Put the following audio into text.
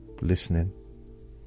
listening